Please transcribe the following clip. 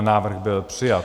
Návrh byl přijat.